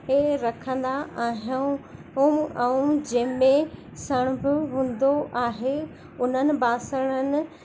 रे रखंदा आहियूं ऐं जंहिं में सणभ हूंदो आहे उन्हनि बासणनि